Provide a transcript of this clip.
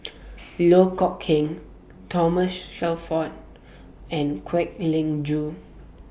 Loh Kok Heng Thomas Shelford and Kwek Leng Joo